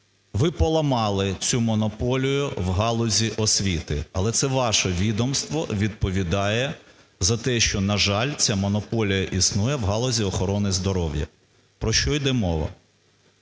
Ви поламали цю монополію у галузі освіти, але це ваше відомство відповідає за те, що, на жаль, ця монополія існує у галузі охорони здоров'я. Про що йде мова?